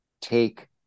take